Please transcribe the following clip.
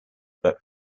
but